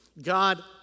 God